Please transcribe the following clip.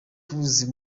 cruz